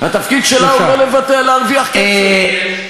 התפקיד שלה הוא לא להרוויח כסף.